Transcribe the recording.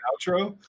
outro